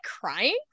crying